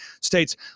states